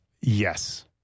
Yes